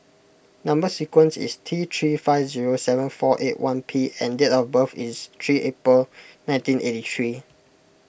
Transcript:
Number Sequence is T three five zero seven four eight one P and date of birth is three April nineteen eight three